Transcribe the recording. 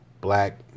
black